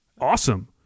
awesome